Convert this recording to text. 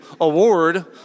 award